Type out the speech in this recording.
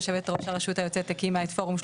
יושבת ראש הרשות היוצאת הקימה את פורום 35+,